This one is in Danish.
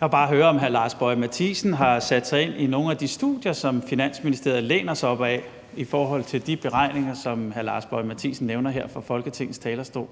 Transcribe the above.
Jeg vil bare høre, om hr. Lars Boje Mathiesen har sat sig ind i nogle af de studier, som Finansministeriet læner sig op ad, i forhold til de beregninger, som hr. Lars Boje Mathiesen nævner her fra Folketingets talerstol.